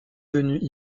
venu